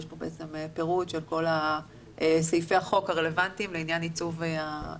יש בעצם פירוט של כל סעיפי החוק הרלוונטיים לעניין עיצוב החפיסות.